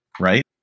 Right